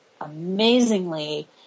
amazingly